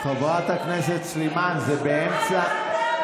חברת הכנסת סלימאן, זה באמצע.